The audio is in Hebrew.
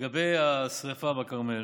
לגבי השרפה בכרמל,